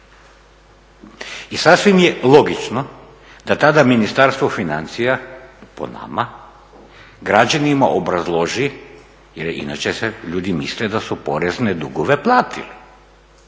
I sasvim je logično da tada Ministarstvo financija po nama građanima obrazloži jer inače ljudi misle da su porezne dugove platili,